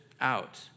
out